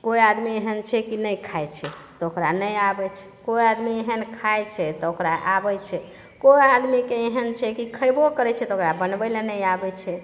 केओ आदमी एहन छै कि नहि खाइ छै तऽ ओकरा नहि आबै छै केओ आदमी एहन खाइ छै तऽ ओकरा आबै छै केओ आदमीके एहन छै कि खयबो करै छै तऽ ओकरा बनबै लए नहि आबैत छै